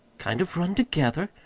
kind of run together?